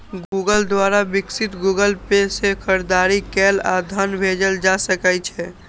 Google द्वारा विकसित Google Pay सं खरीदारी कैल आ धन भेजल जा सकै छै